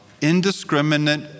indiscriminate